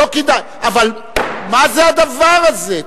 לא כדאי, אבל מה הדבר הזה?